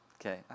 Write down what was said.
Okay